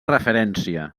referència